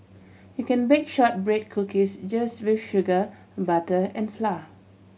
you can bake shortbread cookies just with sugar butter and flour